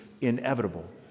inevitable